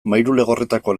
mairuelegorretako